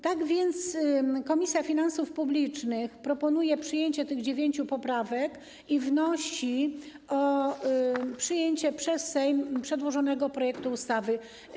Tak więc Komisja Finansów Publicznych proponuje przyjęcie tych dziewięciu poprawek i wnosi o przyjęcie przez Sejm przedłożonego projektu ustawy.